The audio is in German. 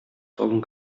zogen